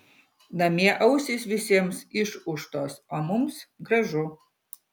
namie ausys visiems išūžtos o mums gražu